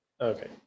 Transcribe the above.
okay